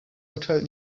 urteil